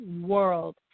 world